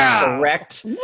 correct